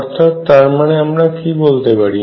আমরা তার মানে কি বলতে পারি